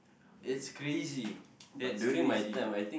it's crazy that's crazy